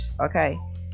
Okay